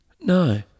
No